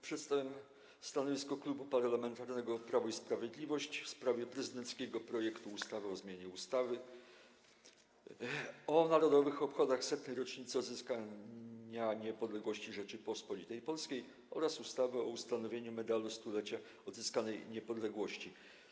Przedstawiam stanowisko Klubu Parlamentarnego Prawo i Sprawiedliwość w sprawie prezydenckiego projektu ustawy o zmianie ustawy o Narodowych Obchodach Setnej Rocznicy Odzyskania Niepodległości Rzeczypospolitej Polskiej oraz ustawy o ustanowieniu Medalu Stulecia Odzyskanej Niepodległości.